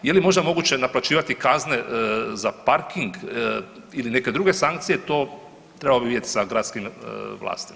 Je li možda moguće naplaćivati kazne za parking ili neke druge sankcije, to, trebalo bi vidjeti sa gradskim vlastima.